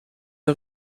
een